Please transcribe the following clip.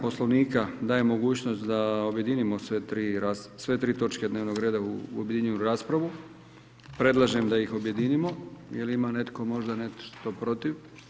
Poslovnika daje mogućnost da objedinimo sve tri točke dnevnog reda, objedinimo raspravu, predlažem da ih objedinimo, jel ima netko nešto možda protiv?